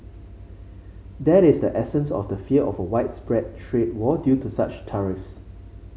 that is the essence of the fear of a widespread trade war due to such tariffs